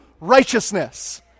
righteousness